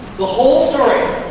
the whole story,